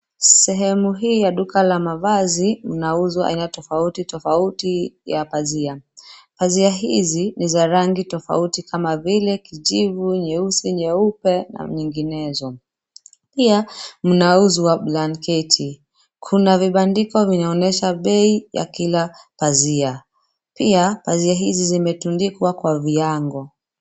Sehemu hii ya duka la mavazi mnauzwa aina tofauti tofauti ya pazia, pazia hizi ni za rangi tofauti kama vile: kijivu, nyeusi, nyeupe na nyinginezo, pia, mnauzwa blanketi, kuna vibandiko vinaonyesha bei, ya kila, pazia, pia, pazia hizi zimetundikwa kwa viango.